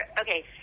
Okay